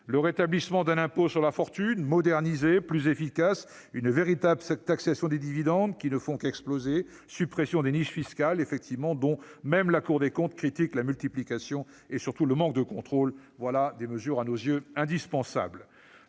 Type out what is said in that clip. Le rétablissement d'un impôt sur la fortune- modernisé, plus efficace -, une véritable taxation des dividendes- qui ne font qu'exploser -, la suppression des niches fiscales- dont même la Cour des comptes critique la multiplication et le manque de contrôle -sont des mesures à nos yeux indispensables.